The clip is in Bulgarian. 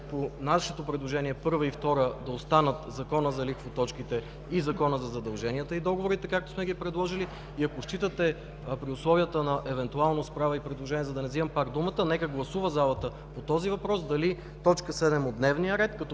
по нашето предложение точки първа и втора да останат – Законът за лихвоточките и Законът за задълженията и договорите, както сме ги предложили. И ако смятате, че при условията, и евентуално правя предложение, за да не вземам пак думата, нека залата гласува по този въпрос дали точка седем от дневния ред, като